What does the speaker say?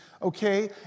okay